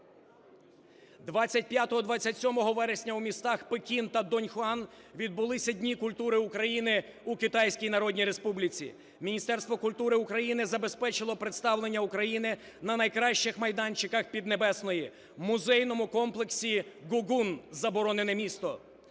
25-27 вересня у містах Пекін та Дуньхуан відбулися Дні культури України у Китайській Народній Республіці. Міністерство культури України забезпечило представлення України на найкращих майданчиках Піднебесної - в музейному комплексі Гугун (Заборонене місто)